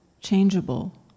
changeable